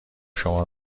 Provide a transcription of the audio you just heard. شما